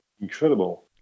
incredible